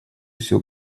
всего